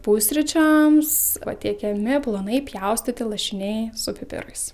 pusryčiams patiekiami plonai pjaustyti lašiniai su pipirais